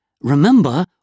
Remember